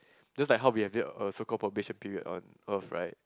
just like how we have a so called probation period on earth right